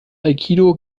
aikido